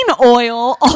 oil